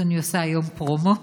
אז אני עושה היום פרומו.